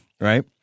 right